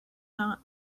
not